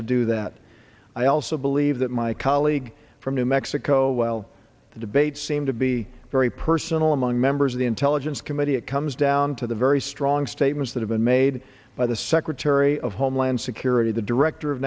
to do that i also believe that my colleague from new mexico while the debate seem to be very personal among members of the intelligence committee it comes down to the very strong statements that have been made by the secretary of homeland security the director of